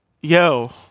yo